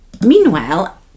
Meanwhile